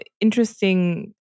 interesting